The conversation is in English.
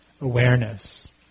awareness